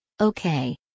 Okay